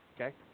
Okay